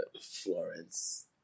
Florence